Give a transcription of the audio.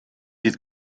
dydd